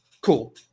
cool